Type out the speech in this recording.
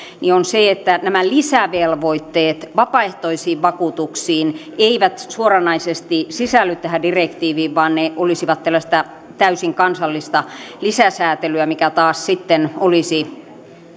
niin nämä lisävelvoitteet vapaaehtoisiin vakuutuksiin eivät suoranaisesti sisälly tähän direktiiviin vaan ne olisivat tällaista täysin kansallista lisäsäätelyä mikä taas sitten olisi